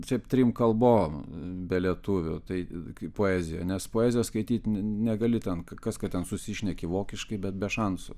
čia trim kalbom be lietuvių tai poeziją nes poeziją skaityti negali ten kas kad ten susišneki vokiškai bet be šansų